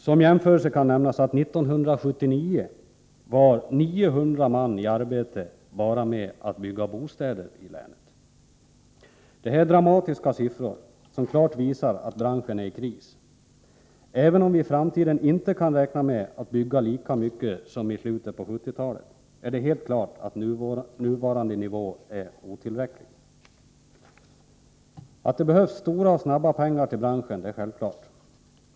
Som jämförelse kan nämnas att 1979 var 900 man i arbete bara med att bygga bostäder. Det här är dramatiska siffror, som klart visar att branschen är i kris. Även om vi i framtiden inte kan räkna med att bygga lika mycket som i slutet av 1970-talet, är det helt klart att nuvarande nivå är otillräcklig. Att det behövs stora och snabba pengar till branschen är självklart.